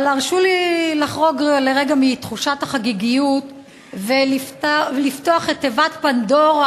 אבל הרשו לי לחרוג לרגע מתחושת החגיגיות ולפתוח תיבת פנדורה,